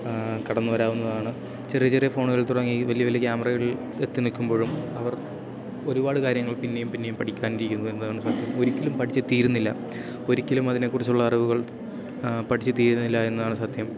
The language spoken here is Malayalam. കടന്നു വരാവുന്നതാണ് ചെറിയ ചെറിയ ഫോണുകളിൽ തുടങ്ങി വലിയ വലിയ ക്യാമറകൾ എത്തി നിൽക്കുമ്പോഴും അവർ ഒരുപാട് കാര്യങ്ങൾ പിന്നെയും പിന്നെയും പഠിക്കാനിരിക്കുന്നു എന്നാണ് സത്യം ഒരിക്കലും പഠിച്ചു തീരുന്നില്ല ഒരിക്കലും അതിനെക്കുറിച്ചുള്ള അറിവുകൾ പഠിച്ചു തീരുന്നില്ല എന്നതാണ് സത്യം